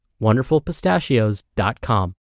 wonderfulpistachios.com